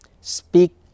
speak